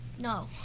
no